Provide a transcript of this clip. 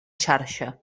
xarxa